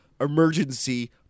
emergency